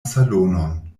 salonon